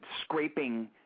scraping